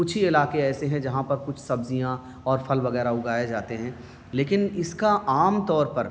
کچھ ہی علاقے ایسے ہیں جہاں پر کچھ سبزیاں اور پھل وغیرہ اگائے جاتے ہیں لیکن اس کا عام طور پر